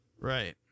right